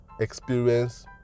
experience